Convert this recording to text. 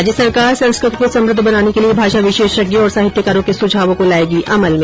राज्य सरकार संस्कृत को समृद्ध बनाने के लिये भाषा विशेषज्ञों और साहित्यकारों के सुझावों को लायेगी अमल में